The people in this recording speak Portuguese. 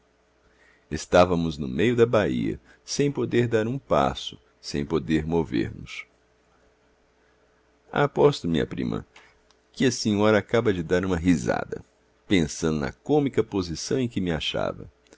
estávamos no meio da baía sem poder dar um passo sem poder mover nos aposto minha prima que a senhora acaba de dar uma risada pensando na cômica posição em que me achava